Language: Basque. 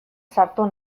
sartu